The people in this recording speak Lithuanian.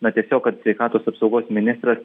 na tiesiog kad sveikatos apsaugos ministras